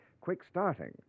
quick-starting